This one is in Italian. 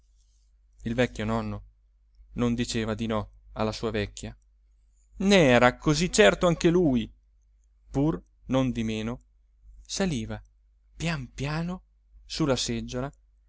il vecchio nonno non diceva di no alla sua vecchia n'era così certo anche lui pur non di meno saliva pian piano su la seggiola